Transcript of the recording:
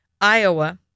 Iowa